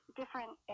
different